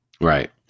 Right